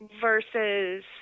Versus